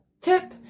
tip